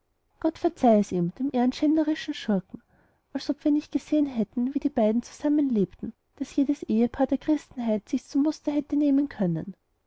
gott verzeih es ihm dem ehrenschänderischen schurken als ob wir nicht gesehen hätten wie die beiden zusammen lebten daß jedes ehepaar der christenheit sich's zum muster hätte nehmen können